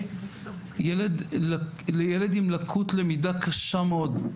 ילד עם לקות למידה קשה מאוד.